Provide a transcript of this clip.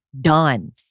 done